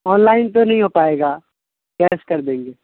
on line تو نہیں ہو پائے گا کیش کر دیں گے